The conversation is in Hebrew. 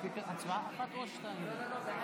תביעה בגין אחריות לפגיעה מינית בקטין),